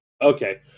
Okay